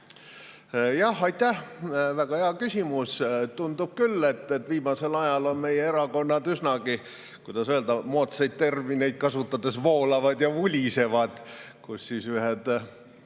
Aitäh, väga hea küsimus! Tundub küll, et viimasel ajal on meie erakonnad üsnagi – kuidas öelda? –, moodsaid termineid kasutades, voolavad ja vulisevad, kui ühed